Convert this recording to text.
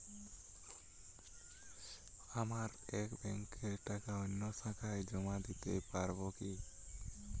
আমার এক ব্যাঙ্কের টাকা অন্য শাখায় জমা দিতে পারব কি?